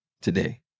today